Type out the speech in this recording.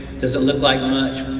doesn't look like much,